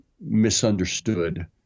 misunderstood